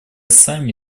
сами